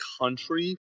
country